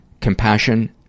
compassion